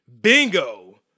Bingo